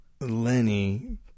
Lenny